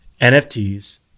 NFTs